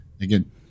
again